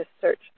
search